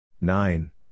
Nine